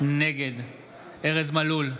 נגד ארז מלול,